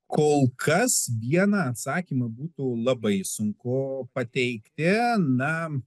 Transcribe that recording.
kol kas vieną atsakymą būtų labai sunku pateikti na